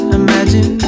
imagine